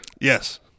Yes